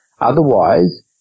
Otherwise